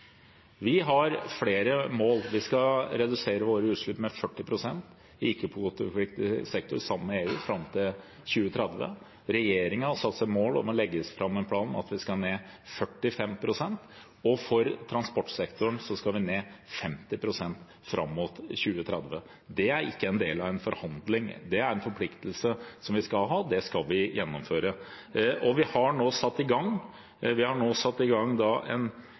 Vi har flere mål, vi skal redusere våre utslipp med 40 pst. i ikke-kvotepliktig sektor sammen med EU fram mot 2030. Regjeringen har satt seg mål om å legge fram en plan om at vi skal ned 45 pst., og for transportsektoren skal vi ned 50 pst. fram mot 2030. Det er ikke en del av en forhandling. Det er en forpliktelse som vi skal ha, det skal vi gjennomføre. Og vi har nå satt i gang et CO 2 -fond – det er allerede avsatt en